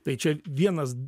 tai čia vienas